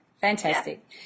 Fantastic